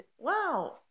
Wow